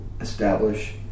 establish